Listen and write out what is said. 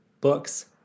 books